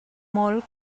molt